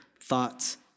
thoughts